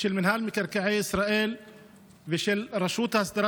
של מינהל מקרקעי ישראל ושל רשות ההסדרה